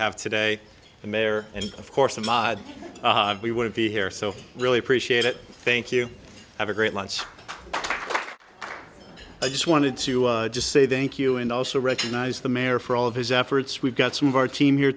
have today the mayor and of course the mob we will be here so really appreciate it thank you have a great lunch i just wanted to just say they think you and also recognize the mayor for all of his efforts we've got some of our team here